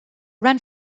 ran